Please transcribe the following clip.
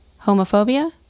homophobia